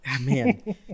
man